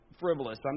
frivolous